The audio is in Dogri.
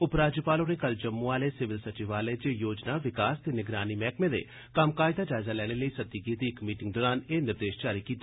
उपराज्यपाल होरें कल जम्मू आह्ले सिविल सचिवालय च योजना विकास ते निगरानी मैह्कमे दे कम्मकाज दा जायजा लैने लेई सद्दी गेदी इक मीटिंग दौरान एह् निर्देश जारी कीते